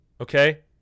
Okay